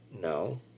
No